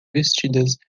vestidas